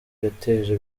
yateje